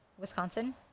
Wisconsin